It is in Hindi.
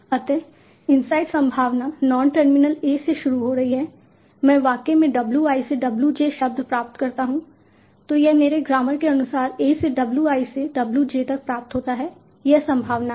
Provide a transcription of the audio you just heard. अतः इनसाइड संभावना नॉन टर्मिनल A से शुरू हो रही है मैं वाक्य में W i से W j शब्द प्राप्त करता हूं तो यह मेरे ग्रामर के अनुसार A से W i से W j तक प्राप्त होता है यह संभावना है